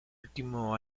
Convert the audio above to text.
último